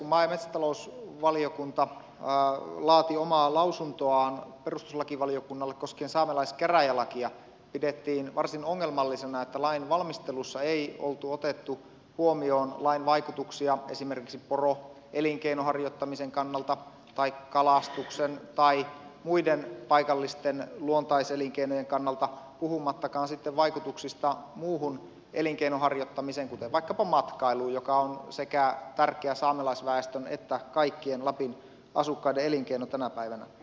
kun maa ja metsätalousvaliokunta laati omaa lausuntoaan perustuslakivaliokunnalle koskien saamelaiskäräjälakia pidettiin varsin ongelmallisena että lain valmistelussa ei oltu otettu huomioon lain vaikutuksia esimerkiksi poroelinkeinon tai kalastuksen tai muiden paikallisten luontaiselinkeinojen harjoittamiseen puhumattakaan sitten vaikutuksista muu hun elinkeinon harjoittamiseen kuten vaikkapa matkailun joka on tärkeä sekä saamelaisväestön että kaikkien lapin asukkaiden elinkeino tänä päivänä